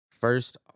first